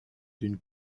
d’une